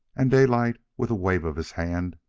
and daylight, with a wave of his hand,